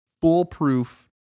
foolproof